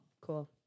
Cool